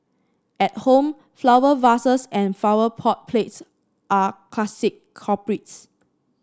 at home flower vases and flower pot plates are classic culprits